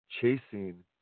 chasing